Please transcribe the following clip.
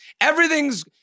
Everything's